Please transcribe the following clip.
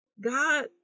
God